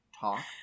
talk